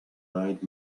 eyed